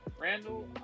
Randall